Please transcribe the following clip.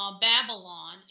Babylon